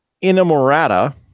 Inamorata